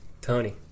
Tony